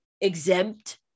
exempt